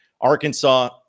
Arkansas